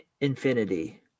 infinity